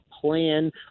plan